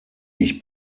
ich